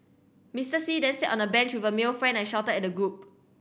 Mister See then sat on a bench with a male friend and shouted at the group